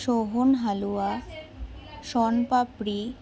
Sohan halwa sonpapdi